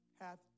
hath